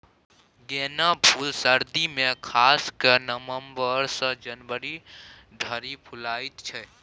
गेना फुल सर्दी मे खास कए नबंबर सँ जनवरी धरि फुलाएत छै